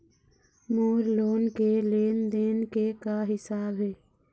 मोर loan के लेन देन के का हिसाब हे?